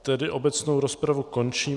Tedy obecnou rozpravu končím.